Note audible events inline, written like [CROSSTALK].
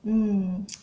mm [NOISE]